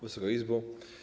Wysoka Izbo!